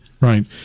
Right